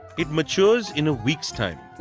it matures in a week time.